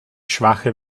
schwache